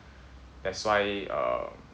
that's why err